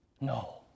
No